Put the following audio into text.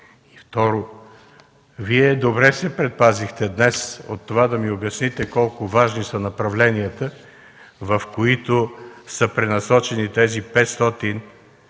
второ, Вие добре се предпазихте днес от това да ми обясните колко важни са направленията, в които са пренасочени тези 500 милиона